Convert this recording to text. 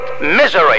misery